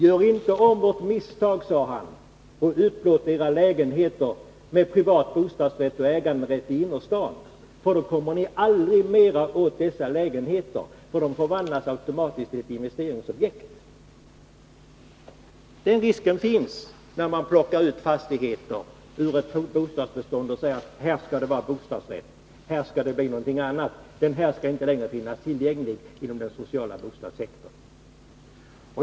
Gör inte om vårt misstag, sade han, att upplåta lägenheterna i innerstaden med privat bostadsrätt och äganderätt, för då kommer ni aldrig mer åt dessa lägenheter, för de omvandlas automatiskt till investeringsobjekt. Den risken finns, när man plockar ut fastigheter ur bostadsbeståndet och säger: Här skall det vara bostadsrätt, här skall det bli någonting annat, den här fastigheten skall inte längre finnas tillgänglig inom den sociala bostadssektorn.